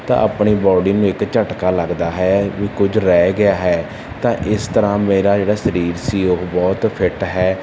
ਤਾਂ ਆਪਣੀ ਬੋਡੀ ਨੂੰ ਇੱਕ ਝਟਕਾ ਲੱਗਦਾ ਹੈ ਵੀ ਕੁਝ ਰਹਿ ਗਿਆ ਹੈ ਤਾਂ ਇਸ ਤਰ੍ਹਾਂ ਮੇਰਾ ਜਿਹੜਾ ਸਰੀਰ ਸੀ ਉਹ ਬਹੁਤ ਫਿੱਟ ਹੈ